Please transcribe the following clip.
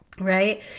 right